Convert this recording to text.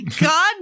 God